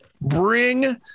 Bring